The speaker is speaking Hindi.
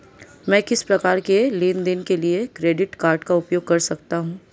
मैं किस प्रकार के लेनदेन के लिए क्रेडिट कार्ड का उपयोग कर सकता हूं?